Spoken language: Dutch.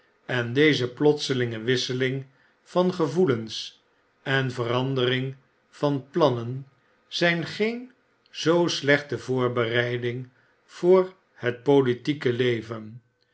en deze plotselinge wisseling van gevoelens en verandering van plannen zijn geen zoo slechte voorbereiding voor het politieke leven